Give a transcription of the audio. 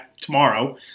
tomorrow